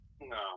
No